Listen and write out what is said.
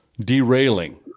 derailing